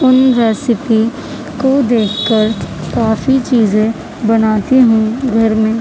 ان recipe کو دیکھ کر کافی چیزیں بناتی ہوں گھر میں